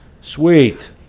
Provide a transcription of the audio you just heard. Sweet